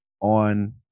on